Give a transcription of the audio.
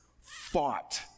fought